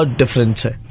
difference